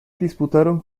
disputaron